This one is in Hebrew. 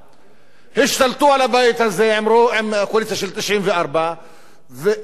השתלטו על הבית הזה עם קואליציה של 94 חברי כנסת,